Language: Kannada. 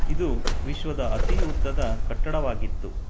ಇದು ವಿಶ್ವದ ಅತಿ ಉದ್ದದ ಕಟ್ಟಡವಾಗಿತ್ತು